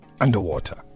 underwater